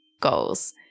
goals